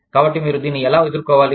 కాబట్టి మీరు దీన్ని ఎలా ఎదుర్కోవాలి